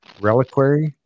reliquary